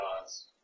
God's